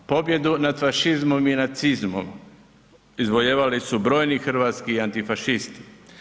Pobjedu na fašizmom i nacizmom izvolijevali su brojni hrvatski antifašisti.